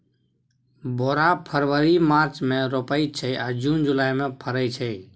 बोरा फरबरी मार्च मे रोपाइत छै आ जुन जुलाई मे फरय छै